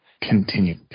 Continue